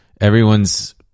everyone's